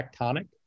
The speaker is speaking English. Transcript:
tectonic